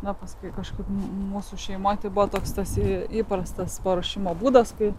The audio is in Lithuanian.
na paskui kažkur mūsų šeimoje buvo toks tasai įprastas paruošimo būdas kai